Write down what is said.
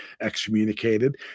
excommunicated